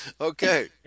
Okay